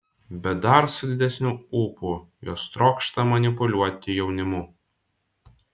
bet dar su didesniu ūpu jos trokšta manipuliuoti jaunimu